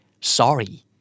Sorry